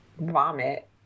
vomit